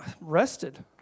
Rested